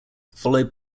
followed